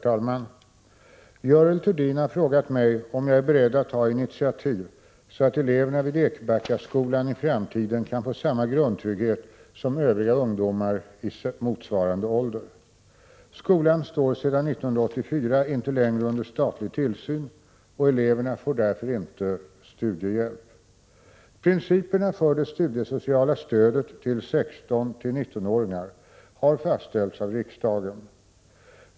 Herr talman! Görel Thurdin har frågat mig om jag är beredd att ta initiativ så att eleverna vid Ekbackaskolan i framtiden kan få samma grundtrygghet som övriga ungdomar i motsvarande ålder. Skolan står sedan 1984 inte längre under statlig tillsyn och eleverna får därför inte studiehjälp. Principerna för det studiesociala stödet till 16-19-åringar har fastställts av riksdagen.